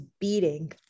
beating